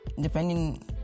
depending